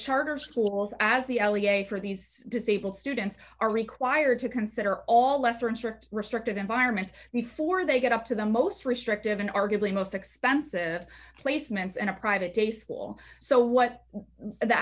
charter schools as the l e a for these disabled students are required to consider all lesser insert restricted environment before they get up to the most restrictive an arguably most expensive placements in a private tasteful so what the